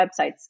websites